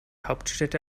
hauptstädte